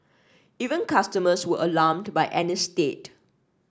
even customers were alarmed by Annie's state